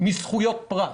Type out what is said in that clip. מזכויות פרט.